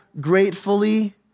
gratefully